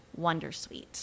wondersuite